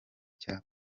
cya